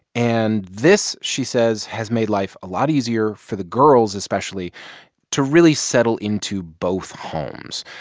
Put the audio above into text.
and this, she says, has made life a lot easier for the girls, especially to really settle into both homes.